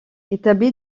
établi